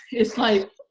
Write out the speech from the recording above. it's like,